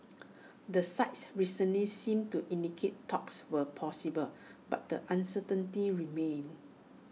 the sides recently seemed to indicate talks were possible but the uncertainty remains